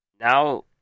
Now